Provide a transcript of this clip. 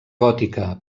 gòtica